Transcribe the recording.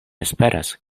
esperas